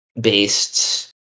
based